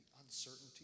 uncertainty